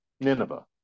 Nineveh